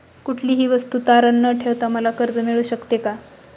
कुठलीही वस्तू तारण न ठेवता मला कर्ज मिळू शकते का?